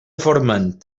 forment